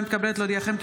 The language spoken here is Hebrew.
אני מתכבדת להודיעכם,